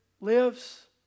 lives